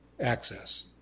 access